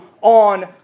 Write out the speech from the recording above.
on